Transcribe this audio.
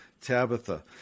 Tabitha